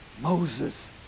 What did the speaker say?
Moses